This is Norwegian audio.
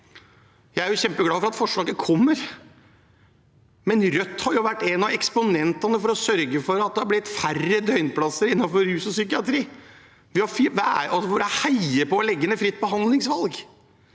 Jeg er kjempeglad for at forslaget kommer, men Rødt har jo vært en av eksponentene for å sørge for at det har blitt færre døgnplasser innenfor rus og psykiatri, ved å heie på å legge ned fritt behandlingsvalg,